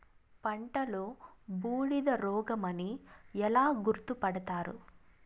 పంటలో బూడిద రోగమని ఎలా గుర్తుపడతారు?